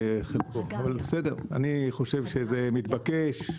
אני חושב שזה מתבקש.